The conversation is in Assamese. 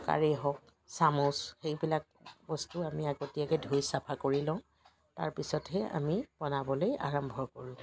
কুকাৰেই হওক চামুচ সেইবিলাক বস্তু আমি আগতীয়াকৈ ধুই চাফা কৰি লওঁ তাৰপিছতহে আমি বনাবলৈ আৰম্ভ কৰোঁ